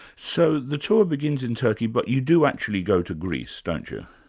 so the tour begins in turkey but you do actually go to greece, don't you?